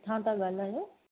किथां था ॻाल्हाइयो